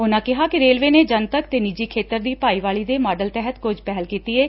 ਉਨੂਾ ਕਿਹਾ ਕਿ ਰੇਲਵੇ ਨੇ ਜਨਤਕ ਤੇ ਨਿੱਜੀ ਖੇਤਰ ਦੀ ਭਾਈਵਾਲੀ ਦੇ ਮਾਡਲ ਤਹਿਤ ਕੁਝ ਪਹਿਲ ਕੀਤੀ ਏ